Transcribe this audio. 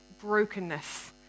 brokenness